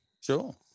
Sure